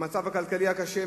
המצב הכלכלי הקשה,